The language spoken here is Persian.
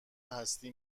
هستی